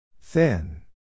Thin